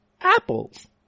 apples